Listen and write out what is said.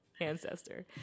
ancestor